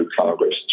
Congress